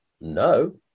no